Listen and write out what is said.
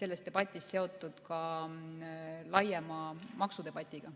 sellest debatist seotud ka laiema maksudebatiga,